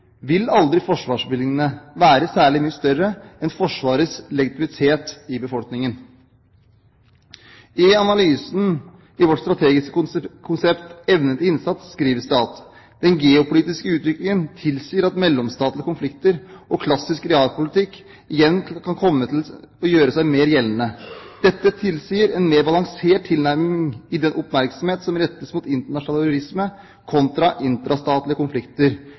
vil aldri forsvarsbevilgningene være særlig mye større enn Forsvarets legitimitet i befolkningen. I analysen i vårt strategiske konsept «Evne til innsats» skrives det: «Den geopolitiske utviklingen tilsier at mellomstatlige konflikter og klassisk realpolitikk igjen kan komme til å gjøre seg mer gjeldende. Dette tilsier en mer balansert tilnærming i den oppmerksomhet som rettes mot internasjonal terrorisme kontra intra-statlige konflikter